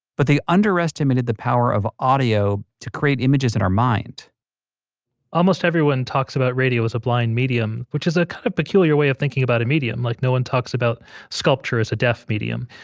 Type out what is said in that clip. but they underestimated the power of audio to create images in our mind almost everyone talks about radio as a blind medium, which is a kind of particular way of talking about a medium, like no one talks about sculpture as a deaf medium,